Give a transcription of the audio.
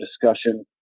discussion